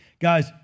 Guys